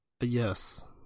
Yes